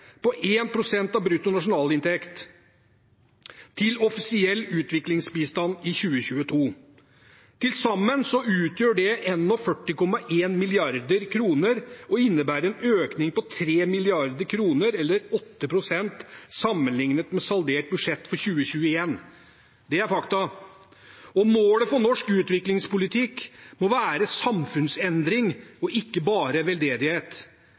på 1 pst. av brutto nasjonalinntekt til offisiell utviklingsbistand i 2022. Til sammen utgjør det 41,1 mrd. kr og innebærer en økning på 3 mrd. kr, eller 8 pst. sammenliknet med saldert budsjett for 2021. Det er fakta. Målet for norsk utviklingspolitikk må være samfunnsendring, og ikke bare veldedighet.